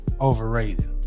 overrated